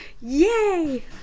yay